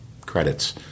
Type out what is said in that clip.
credits